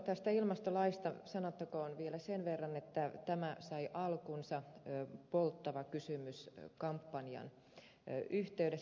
tästä ilmastolaista sanottakoon vielä sen verran että tämä sai alkunsa polttava kysymys kampanjan yhteydessä